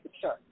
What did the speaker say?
Sure